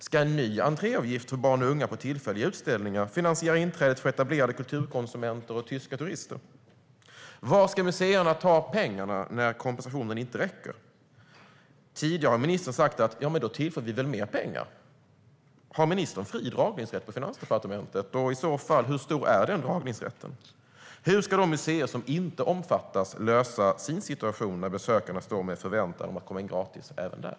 Ska en ny entréavgift för barn och unga på tillfälliga utställningar finansiera inträdet för etablerade kulturkonsumenter och tyska turister? Var ska museerna ta pengarna när kompensationen inte räcker? Tidigare har ministern sagt: Då tillför vi mer pengar. Har ministern fri dragningsrätt på Finansdepartementet, och hur stor är i så fall den dragningsrätten? Hur ska de museer som inte omfattas lösa sin situation när besökarna står med förväntan om att komma in gratis även där?